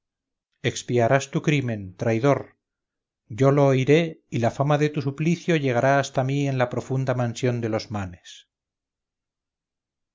expiarás tu crimen traidor yo lo oiré y la fama de tu suplicio llegará hasta mí en la profunda mansión de los manes